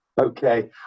okay